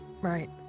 Right